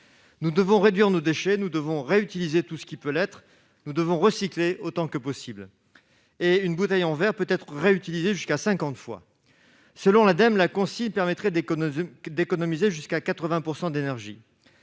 Nous devons réduire nos déchets. Nous devons réutiliser tout ce qui peut l'être. Nous devons recycler autant que possible. Une bouteille en verre peut être réutilisée jusqu'à cinquante fois. Selon l'Ademe, la consigne permettrait d'économiser jusqu'à 80 % d'énergie.